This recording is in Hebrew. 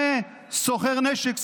סוחר נשק,